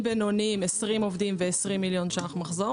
בינוניים 20 עובדים ו-20 מיליון ₪ מחזור